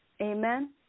Amen